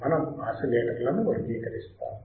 మనం ఆసిలేటర్లను వర్గీకరిస్తాము